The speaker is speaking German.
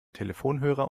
telefonhörer